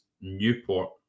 Newport